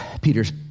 Peter's